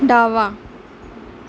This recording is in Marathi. डावा